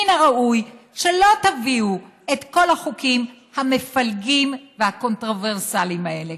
מן הראוי שלא תביאו את כל החוקים המפלגים והקונטרוברסליים האלה.